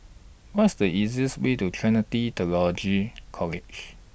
What IS The easiest Way to Trinity Theological College